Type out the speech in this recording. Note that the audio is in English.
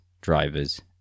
drivers